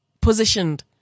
positioned